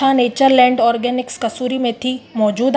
छा Natureland organics कसूरी मेथी मौजूद आहे